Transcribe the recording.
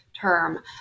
term